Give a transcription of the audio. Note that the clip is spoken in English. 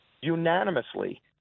unanimously